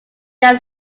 yet